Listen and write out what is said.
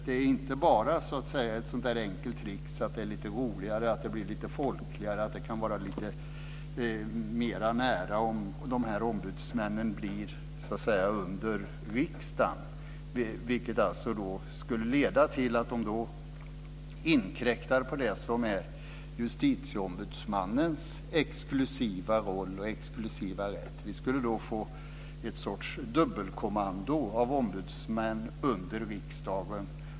Det är inte bara så att säga ett enkelt tricks, att det blir lite roligare och folkligare och mera nära om ombudsmannen blir under riksdagen, vilket alltså skulle leda till att det inkräktade på det som är justitieombudsmannens exklusiva roll och rätt. Vi skulle få en sorts dubbelkommando av ombudsmän under riksdagen.